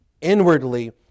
inwardly